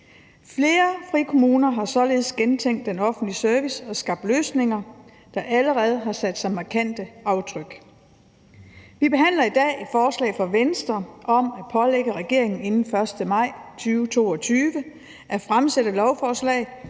Flere frikommuner har således gentænkt den offentlige service og skabt løsninger, der allerede har sat markante aftryk. Vi behandler i dag et forslag fra Venstre om at pålægge regeringen inden den 1. maj 2022 at fremsætte et lovforslag,